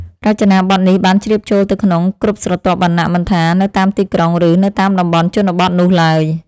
រចនាប័ទ្មនេះបានជ្រាបចូលទៅក្នុងគ្រប់ស្រទាប់វណ្ណៈមិនថា នៅតាមទីក្រុងឬនៅតាមតំបន់ជនបទនោះឡើយ។